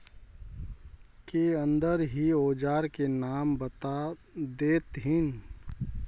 के अंदर ही औजार के नाम बता देतहिन?